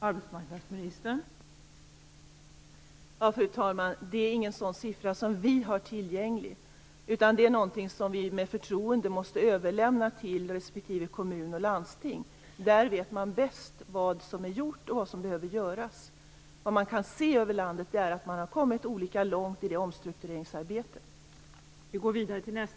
Fru talman! Vi har ingen sådan siffra tillgänglig, utan det är något som vi med förtroende måste överlämna till respektive kommun och landsting. Där vet man bäst vad som är gjort och vad som behöver göras. Vad vi kan se över landet är att man har kommit olika långt i omstruktureringsarbetet.